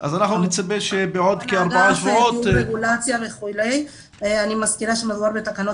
אז אנחנו נצפה שבעוד ארבעה שבועות --- אני מזכירה שמדובר בתקנות